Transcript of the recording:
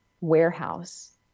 warehouse